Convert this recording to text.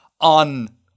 on